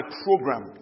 program